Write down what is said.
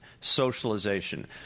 socialization